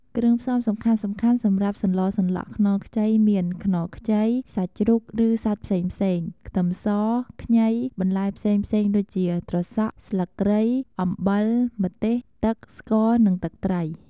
គ្រឿងផ្សំសំខាន់ៗសម្រាប់សម្លសម្លក់ខ្នុរខ្ចីមាន ខ្នុរខ្ចី សាច់ជ្រូក ឬសាច់ផ្សេងៗ ខ្ទឹមស ខ្ញី បន្លែផ្សេងៗ ដូចជា ត្រសក់ ស្លឹកគ្រៃ អំបិល ម្ទេស ទឹក ស្ករ និងទឹកត្រី។